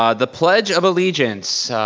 um the pledge of allegiance,